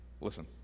Listen